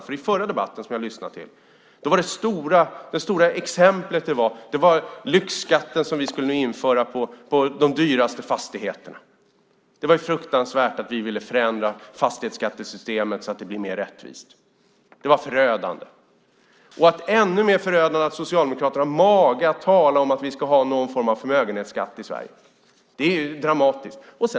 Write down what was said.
I den förra debatten var det stora exemplet lyxskatten som vi skulle införa på de dyraste fastigheterna. Det var fruktansvärt att vi ville förändra fastighetsskattesystemet så att det blir mer rättvist. Det var förödande. Det var ännu mer förödande att Socialdemokraterna har mage att tala om att vi ska ha någon form av förmögenhetsskatt i Sverige. Det var dramatiskt.